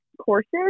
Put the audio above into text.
courses